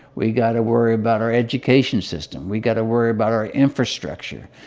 we've got to worry about our education system. we've got to worry about our infrastructure.